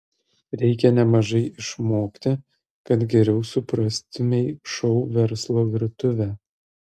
reikia nemažai išmokti kad geriau suprastumei šou verslo virtuvę